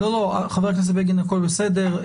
חבר הכנסת בגין, הכול בסדר.